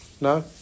No